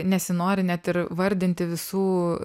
nesinori net ir vardinti visų